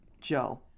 Joe